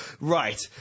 Right